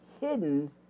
hidden